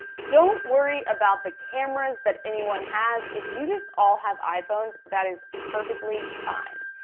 don't worry about the cameras that anyone has. if you just all have iphones, that is perfectly fine.